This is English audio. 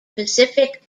pacific